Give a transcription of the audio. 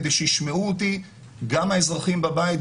כדי שישמעו אותי גם האזרחים בבית,